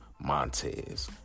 Montez